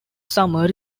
summer